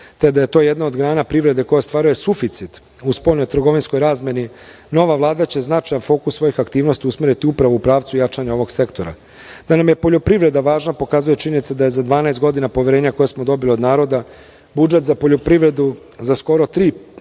te da je to jedna od grana privrede koja ostvaruje suficit u spoljno-trgovinskoj razmeni, nova Vlada će značajan fokus svojih aktivnosti usmeriti upravo u pravcu jačanja ovog sektora. Da nam je poljopriveda važna pokazuje činjenica da je za 12 godina poverenja koje smo dobili od naroda budžet za poljoprivredu uvećan za skoro tri